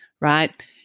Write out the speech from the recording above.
right